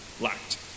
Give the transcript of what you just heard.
lacked